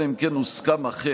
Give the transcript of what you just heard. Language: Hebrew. אלא אם כן הוסכם אחרת,